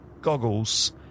goggles